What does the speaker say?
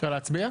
אפשר להצביע?